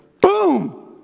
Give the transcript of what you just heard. Boom